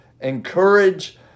encourage